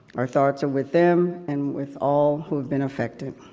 our thoughts are with them, and with all who have been affected.